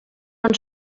ens